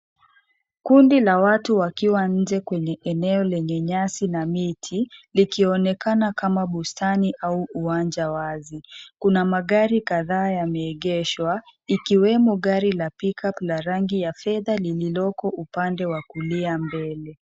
Kundi la watu wakiwa nje kwenye eneo lenye nyasi na miti, likionekana kama bustani ama uwanja wazi. Kuna magari kadhaa yameegeshwa, ikiwemo gari la pickup la rangi ya fedha, lililoko upande wa kulia mbele.